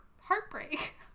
heartbreak